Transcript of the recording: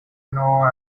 know